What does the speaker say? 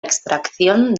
extracción